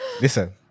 Listen